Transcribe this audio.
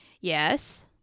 Yes